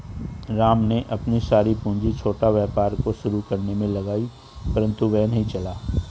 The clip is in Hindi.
राम ने अपनी सारी पूंजी छोटा व्यापार को शुरू करने मे लगाई परन्तु वह नहीं चला